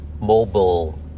mobile